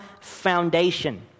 foundation